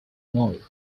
more